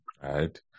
right